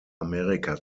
amerika